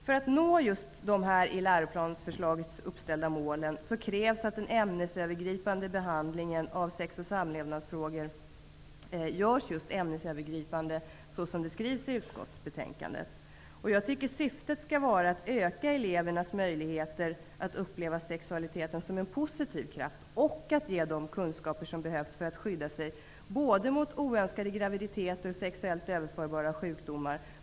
För att uppnå de i läroplansförslaget uppställda målen krävs att den ämnesövergripande behandling av sex och samlevnadsfrågor görs ämnesövergripande, såsom skrivs i utskottsbetänkandet. Jag tycker att syftet skall vara att öka elevens möjlighet att uppleva sexualiteten som en positiv kraft och att ge de kunskaper som behövs för att eleven skall kunna skydda sig mot oönskade graviditeter och sexuellt överförbara sjukdomar.